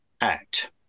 act